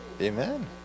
Amen